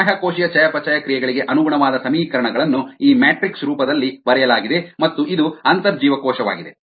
ಬಾಹ್ಯಕೋಶೀಯ ಚಯಾಪಚಯ ಕ್ರಿಯೆಗಳಿಗೆ ಅನುಗುಣವಾದ ಸಮೀಕರಣಗಳನ್ನು ಈ ಮ್ಯಾಟ್ರಿಕ್ಸ್ ರೂಪದಲ್ಲಿ ಬರೆಯಲಾಗಿದೆ ಮತ್ತು ಇದು ಅಂತರ್ಜೀವಕೋಶವಾಗಿದೆ